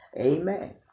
Amen